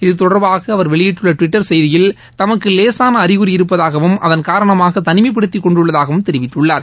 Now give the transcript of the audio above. இத்தொடர்பாக அவர் வெளியிட்டுள்ள டுவிட்டர் செய்தியில் தமக்கு லேசான அறிகுறி இருப்பதாகவும் அதன் காரணமாக தனிமைப்படுத்திக் கொண்டுள்ளதாகவும் தெரிவித்துள்ளார்